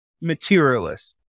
materialist